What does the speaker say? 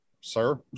sir